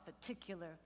particular